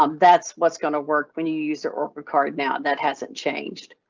um that's what's gonna work when you use the orca card now. that hasn't changed.